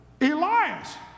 Elias